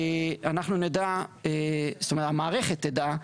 אנחנו נדע, המערכת תדע,